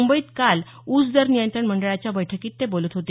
मुंबईत काल ऊसदर नियंत्रण मंडळाच्या बैठकीत ते बोलत होते